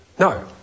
No